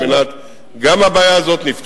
גם הבעיה הזאת נפתרה.